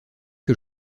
que